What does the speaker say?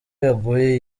yaguye